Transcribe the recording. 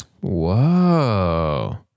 Whoa